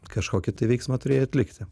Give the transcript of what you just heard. kažkokį tai veiksmą turėjai atlikti